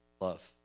love